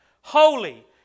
holy